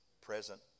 present